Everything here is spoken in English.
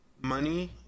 money